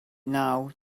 naw